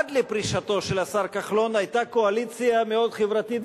עד לפרישתו של השר כחלון היתה קואליציה מאוד חברתית,